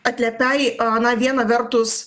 atliepiai na viena vertus